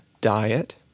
diet